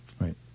right